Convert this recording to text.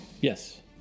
Yes